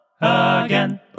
again